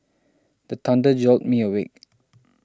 the thunder jolt me awake